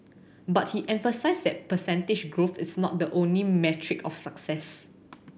but he emphasised that percentage growth is not the only metric of success